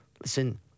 listen